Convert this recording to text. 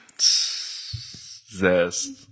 Zest